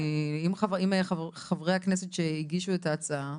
אם חברי הכנסת שהגישו את ההצעה,